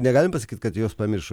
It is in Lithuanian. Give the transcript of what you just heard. negalim pasakyti kad jos pamiršo